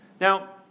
Now